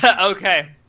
Okay